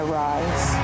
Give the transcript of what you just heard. rise